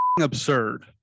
absurd